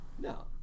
No